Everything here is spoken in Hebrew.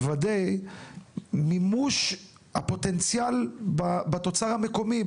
לוודא מימוש הפוטנציאל בתוצר המקומי,